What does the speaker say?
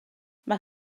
mae